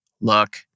Look